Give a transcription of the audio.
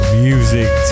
music